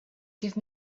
give